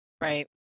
Right